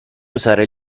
usare